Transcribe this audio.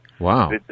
Wow